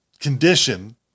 condition